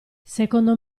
secondo